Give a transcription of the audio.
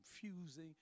confusing